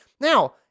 Now